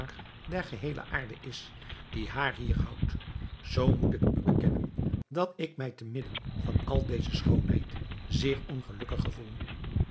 der geheele aarde is die haar hier houdt zoo moet ik u bekennen dat ik mij te midden van al deze schoonheid zeer ongelukkig gevoel